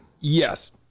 yes